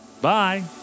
Bye